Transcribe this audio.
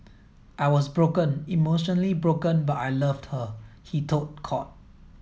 I was broken emotionally broken but I loved her he told court